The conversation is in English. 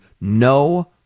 no